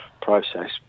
process